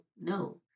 no